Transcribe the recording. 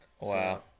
Wow